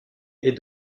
est